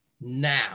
now